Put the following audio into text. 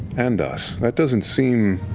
and us. that doesn't seem,